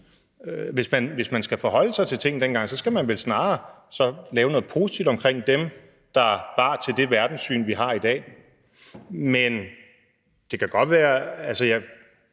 Hvis man skal forholde sig til ting fra dengang, skal man vel snarere lave noget positivt i forhold til dem, der bar ved til det verdenssyn, vi har i dag. Men altså, det er